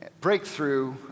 breakthrough